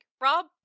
Rob